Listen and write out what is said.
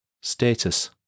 Status